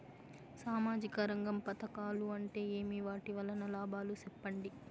సామాజిక రంగం పథకాలు అంటే ఏమి? వాటి వలన లాభాలు సెప్పండి?